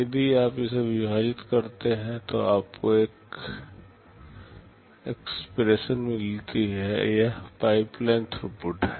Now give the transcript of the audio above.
यदि आप इसे विभाजित करते हैं तो आपको एक एक्सप्रेशन मिलती है यह पाइपलाइन थ्रूपुट है